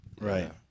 Right